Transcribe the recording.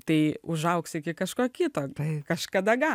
tai užaugs iki kažko kito tai kažkada